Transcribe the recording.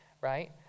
right